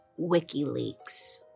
WikiLeaks